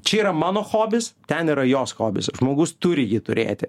čia yra mano hobis ten yra jos hobis žmogus turi jį turėti